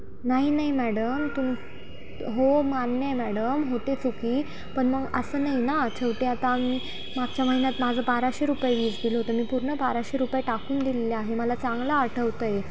नाही नाही मॅडम तुम हो मान्य आहे मॅडम होते चूक पण मग असं नाही ना शेवटी आता मी मागच्या महिन्यात माझं बाराशे रुपये वीज बिल होतं मी पूर्ण बाराशे रुपये टाकून दिलेले आहे मला चांगलं आठवतं आहे